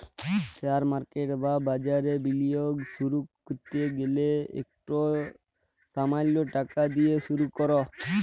share market বা বাজারে বিলিয়গ শুরু ক্যরতে গ্যালে ইকট সামাল্য টাকা দিঁয়ে শুরু কর